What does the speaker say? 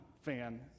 fan